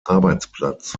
arbeitsplatz